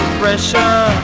pressure